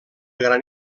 gran